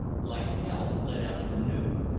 like hell let out for noon.